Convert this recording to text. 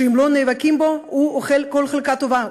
שאם לא נאבקים בו הוא אוכל כל חלקה טובה,